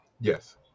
Yes